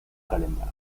calentar